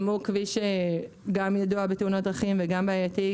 גם הוא כביש ידוע בתאונות דרכים וגם בעייתי,